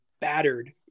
battered